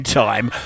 time